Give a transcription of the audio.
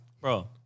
Bro